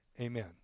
amen